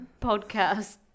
podcast